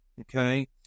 Okay